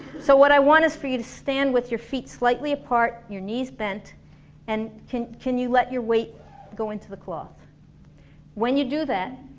so what i want is for you to stand with your feet slightly apart and your knees bent and can can you let your weight go into the cloth when you do that,